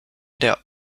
der